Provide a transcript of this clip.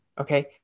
Okay